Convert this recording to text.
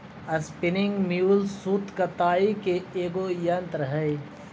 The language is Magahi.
स्पीनिंग म्यूल सूत कताई के एगो यन्त्र हई